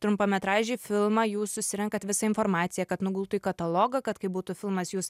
trumpametražį filmą jūs susirenkat visą informaciją kad nugultų į katalogą kad kai būtų filmas jūs